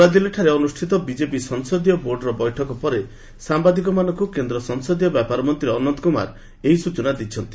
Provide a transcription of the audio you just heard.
ନୂଆଦିଲ୍ଲୀରେ ଅନୁଷ୍ଠିତ ବିଜେପି ସଂସଦୀୟ ବୋର୍ଡ଼ର ବୈଠକ ପରେ ସାମ୍ବାଦିକମାନଙ୍କୁ କେନ୍ଦ୍ର ସଂସଦୀୟ ବ୍ୟାପାର ମନ୍ତ୍ରୀ ଅନନ୍ତ କ୍ରମାର ଏହି ସ୍ଟଚନା ଦେଇଛନ୍ତି